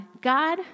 God